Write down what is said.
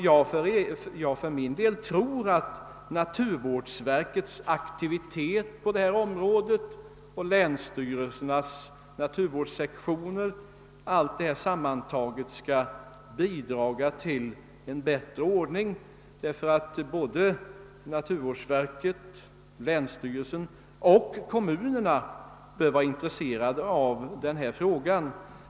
Jag tror för min del också att naturvårdsverket och länsstyrelsernas naturvårdssektioner tillsammans skall bidra till en bättre ordning. Både naturvårdsverket och länsstyrelserna och kommunerna bör nämligen vara intresserade av dessa frågor.